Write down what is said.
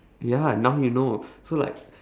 ya now you know so like